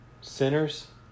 sinners